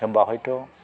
होमबा हयथ'